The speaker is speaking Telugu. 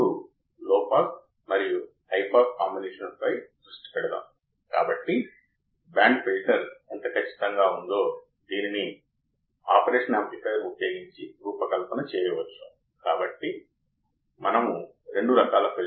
సరే ఆపై మనం సమతుల్య వర్సెస్ అసమతుల్య అవుట్పుట్ సమతుల్య వర్సెస్ అసమతుల్య విద్యుత్ సరఫరా సమతుల్య విద్యుత్ సరఫరాను ఎలా వర్తింపజేయాలి అసమతుల్య సరఫరాను ఎలా వర్తింపజేయాలి